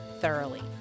thoroughly